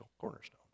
cornerstone